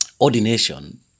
ordination